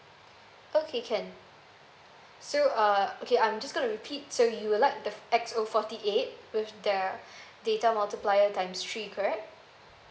okay can so uh okay I'm just gonna repeat so you would like the X_O forty eight with the data multiplier times three correct